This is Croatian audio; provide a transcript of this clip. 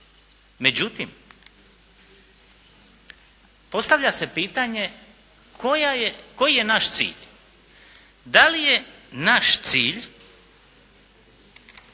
Međutim, postavlja se pitanje koji je naš cilj? Da li je naš cilj